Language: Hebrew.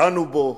דנו בו,